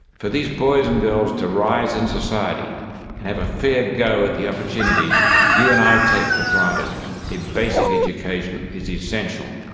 for these boys and girls to rise in society and have a fair go at the opportunities you and i take for granted a basic education is essential.